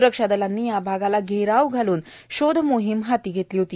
सुरक्षा दलांनी या भागाला घेराव घालून शोध मोहीम हाती घेतली होती